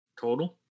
Total